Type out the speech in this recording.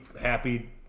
happy